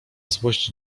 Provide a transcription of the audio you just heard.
złość